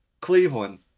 Cleveland